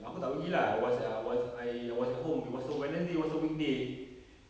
aku tak pergi lah I was err I was I was at home it was a wednesday it was a weekday